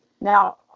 Now